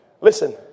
listen